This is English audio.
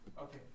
Okay